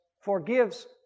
forgives